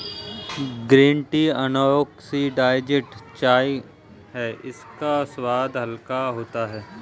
green tea unoxidised चाय है इसका स्वाद हल्का होता है